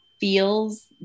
feels